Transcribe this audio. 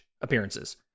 appearances